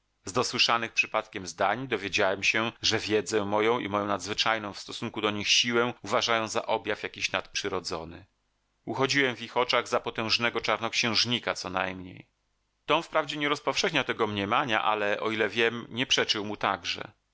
z dosłyszanych przypadkiem zdań dowiedziałem się że wiedzę moją i moją nadzwyczajną w stosunku do nich siłę uważają za objaw jakiś nadprzyrodzony uchodziłem w ich oczach za potężnego czarnoksiężnika co najmniej tom wprawdzie nie rozpowszechniał tego mniemania ale o ile wiem nie przeczył mu także